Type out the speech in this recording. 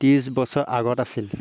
ত্ৰিছ বছৰ আগত আছিল